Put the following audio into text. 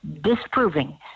disproving